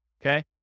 Okay